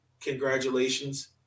Congratulations